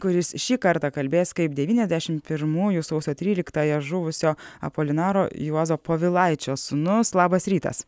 kuris šį kartą kalbės kaip devyniasdešimt pirmųjų sausio tryliktąją žuvusio apolinaro juozo povilaičio sūnus labas rytas